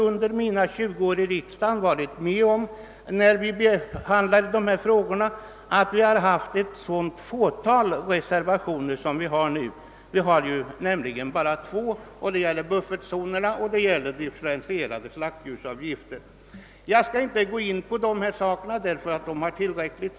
Under mina 20 år i riksdagen har jag inte tidigare varit med om att vi haft så få reservationer som nu vid behandlingen av dessa frågor. Vi har bara två reservationer, som gäller buffertzoner och differentierade slaktdjursavgifter. Båda dessa frågor har redan ventilerats tillräckligt.